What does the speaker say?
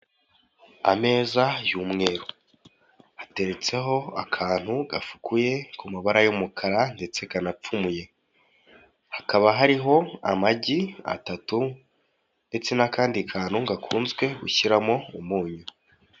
Ameza y'umweru hateretseho akantu gafukuye ku mabara y'umukara ndetse kanapfumuye, hakaba hariho amagi atatu ndetse n'akandi kantu gakunzwe gushyiramo umunyu.